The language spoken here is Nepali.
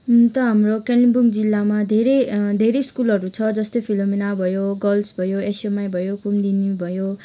हुन त हाम्रो कालिम्पोङ जिल्लामा धेरै धेरै स्कुलहरू छ जस्तै फिलोमिना भयो गर्ल्स भयो एसयुएमआई भयो कुमुदिनी भयो